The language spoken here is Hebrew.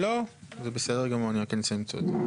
לא, זה בסדר גמור אני רק אנסה למצוא את זה.